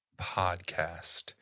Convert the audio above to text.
Podcast